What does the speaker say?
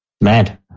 Mad